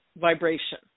vibration